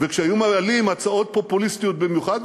וכשהיו מעלים הצעות פופוליסטיות במיוחד,